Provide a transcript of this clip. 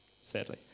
sadly